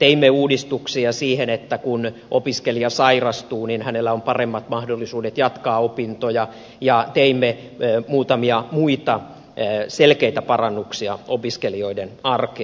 teimme uudistuksia siihen että kun opiskelija sairastuu niin hänellä on paremmat mahdollisuudet jatkaa opintoja ja teimme muutamia muita selkeitä parannuksia opiskelijoiden arkeen